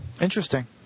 Interesting